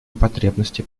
потребности